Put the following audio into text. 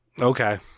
Okay